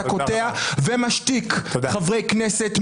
אתה קוטע ומשתיק חברי כנסת,